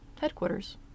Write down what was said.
headquarters